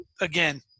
again